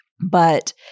But-